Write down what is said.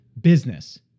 business